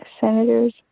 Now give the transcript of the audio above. senators